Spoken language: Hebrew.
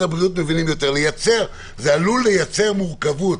הבריאות מבינים יותר זה עלול לייצר מורכבות.